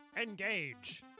engage